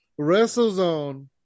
WrestleZone